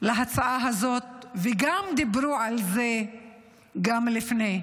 להצעה הזאת וגם דיברו על זה גם לפני.